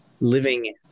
living